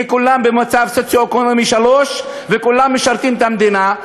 כי כולם במצב סוציו-אקונומי 3 וכולם משרתים את המדינה,